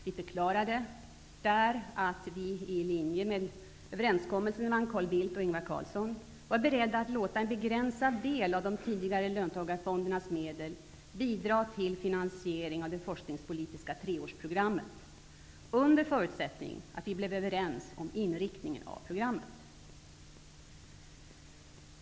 Vi förklarade där att vi, i linje med överenskommelsen mellan Carl Bildt och Ingvar Carlsson, var beredda att låta en begränsad del av de tidigare löntagarfondernas medel bidra till finansiering av det forskningspolitiska treårsprogrammet under förutsättning att vi blev överens om inriktningen av programmet.